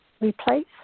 replace